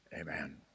Amen